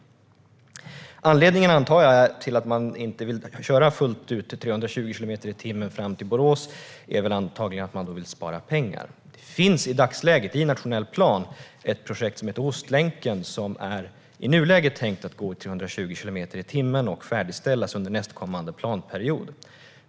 Anledningen till att man inte vill köra fullt ut i 320 kilometer i timmen fram till Borås är väl antagligen att man vill spara pengar. Det finns i dagsläget i nationell plan ett projekt som heter Ostlänken som i nuläget är tänkt att gå i 320 kilometer i timmen och färdigställas under nästkommande planperiod.